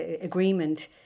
Agreement